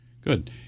good